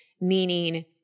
Meaning